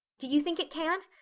do you think it can?